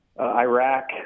iraq